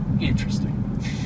interesting